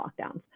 lockdowns